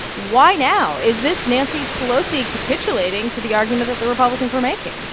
why now? is this nancy pelosi capitulating to the argument that the republicans were making?